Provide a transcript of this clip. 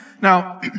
Now